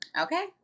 okay